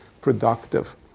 productive